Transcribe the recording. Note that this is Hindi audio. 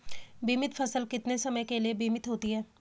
बीमित फसल कितने समय के लिए बीमित होती है?